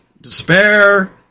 despair